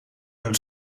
een